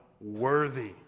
worthy